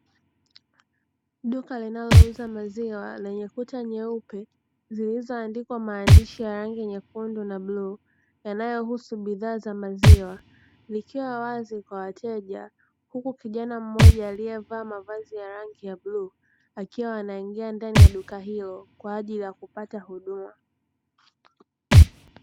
Duka linalouza maziwa lenye kuta nyeupe zilizoandikwa maandishi ya rangi nyekundu na bluu yanayohusu bidhaa za maziwa, likiwa wazi kwa wateja huku kijana mmoja aliyevaa mavazi ya rangi ya bluu akiwa anaingia ndani ya duka hilo kwa ajili ya kupata huduma.